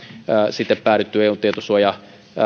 sitten päädytty eun tietosuoja